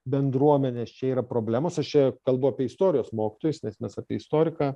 bendruomenės čia yra problemos aš čia kalbu apie istorijos mokytojus nes mes apie istoriką